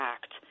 Act